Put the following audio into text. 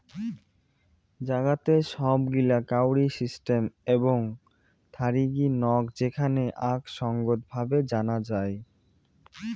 জাগাতের সব গিলা কাউরি সিস্টেম এবং থারিগী নক যেখানে আক সঙ্গত ভাবে জানা যাই